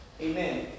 Amen